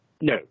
No